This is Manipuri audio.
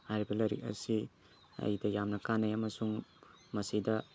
ꯍꯥꯏꯔꯤꯕ ꯂꯥꯏꯔꯤꯛ ꯑꯁꯤ ꯑꯩꯉꯣꯟꯗ ꯌꯥꯝꯅ ꯀꯥꯟꯅꯩ ꯑꯃꯁꯨꯡ ꯃꯁꯤꯗ